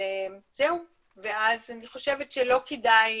אני חושבת שלא כדאי